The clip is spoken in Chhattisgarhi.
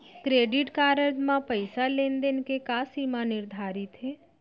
क्रेडिट कारड म पइसा लेन देन के का सीमा निर्धारित हे?